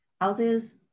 houses